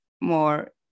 more